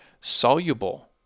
Soluble